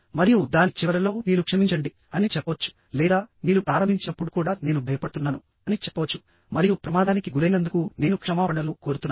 మరియు దాని చివరలో మీరు క్షమించండి అని చెప్పవచ్చు లేదా మీరు ప్రారంభించినప్పుడు కూడా నేను భయపడుతున్నాను అని చెప్పవచ్చు మరియు ప్రమాదానికి గురైనందుకు నేను క్షమాపణలు కోరుతున్నాను